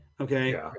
Okay